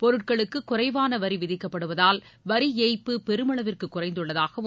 பொருட்களுக்கு குறைவான வரி விதிக்கப்படுவதால் வரி ஏய்ப்பு பெருமளவிற்கு குறைந்துள்ளதாகவும்